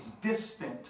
distant